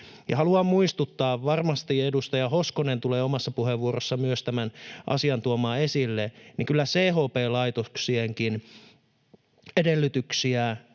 Haluan muistuttaa — varmasti edustaja Hoskonen tulee omassa puheenvuorossaan myös tämän asian tuomaan esille — että kyllä CHP-laitoksienkin edellytyksiä